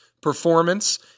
performance